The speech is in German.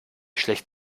schlecht